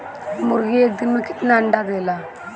मुर्गी एक दिन मे कितना अंडा देला?